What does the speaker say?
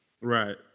Right